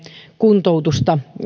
kuntoutusta